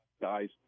guys